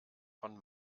von